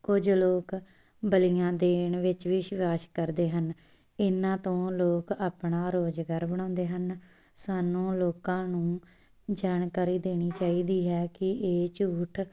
ਕੁਝ ਲੋਕ ਬਲੀਆਂ ਦੇਣ ਵਿੱਚ ਵਿਸ਼ਵਾਸ ਕਰਦੇ ਹਨ ਇਹਨਾਂ ਤੋਂ ਲੋਕ ਆਪਣਾ ਰੁਜ਼ਗਾਰ ਬਣਾਉਂਦੇ ਹਨ ਸਾਨੂੰ ਲੋਕਾਂ ਨੂੰ ਜਾਣਕਾਰੀ ਦੇਣੀ ਚਾਹੀਦੀ ਹੈ ਕਿ ਇਹ ਝੂਠ